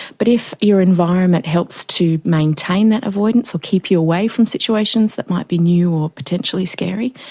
but if your environment helps to maintain that avoidance or keep you away from situations that might be new or potentially scary,